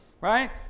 right